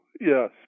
yes